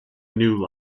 new